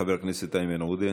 חבר הכנסת איימן עודה,